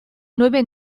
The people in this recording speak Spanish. nueve